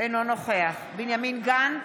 אינו נוכח בנימין גנץ,